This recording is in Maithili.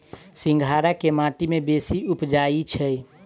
सिंघाड़ा केँ माटि मे बेसी उबजई छै?